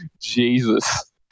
Jesus